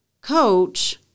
coach